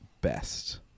best